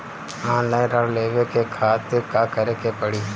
Online ऋण लेवे के खातिर का करे के पड़ी?